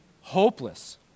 hopeless